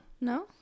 no